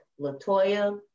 Latoya